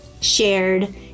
shared